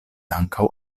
ankaŭ